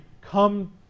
come